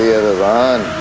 around